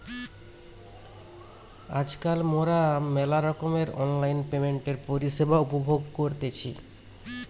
আজকাল মোরা মেলা রকমের অনলাইন পেমেন্টের পরিষেবা উপভোগ করতেছি